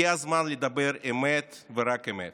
הגיע הזמן לדבר אמת ורק אמת.